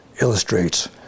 illustrates